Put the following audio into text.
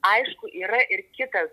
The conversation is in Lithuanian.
aišku yra ir kitas